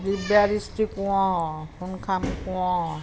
Dibyadrishti Konwar Sonkham Konwar